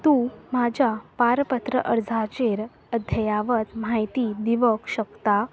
तूं म्हाज्या पारपत्र अर्जाचेर अध्यावत म्हायती दिवंक शकता